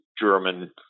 German